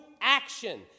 action